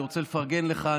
אני רוצה לפרגן לך.